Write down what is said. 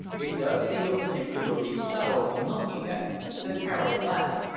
it does seem a particularly sorrowful monkey, that, said harold, laughing,